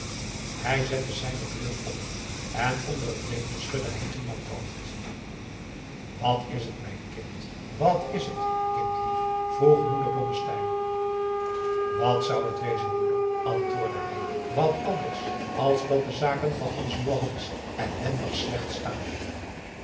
hij zetten zijne bril op en onder het lezen schudde hij driemaal het hoofd wat is het mijn kind wat is het kindlief vroeg moeder blommesteyn wat zou het wezen moeder antwoordde hij wat anders als dat de zaken van onzen johannes ellendig slecht staan